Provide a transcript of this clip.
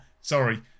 sorry